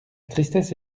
tristesse